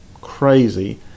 crazy